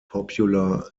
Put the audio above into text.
popular